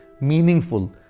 meaningful